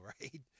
right